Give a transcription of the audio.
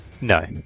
No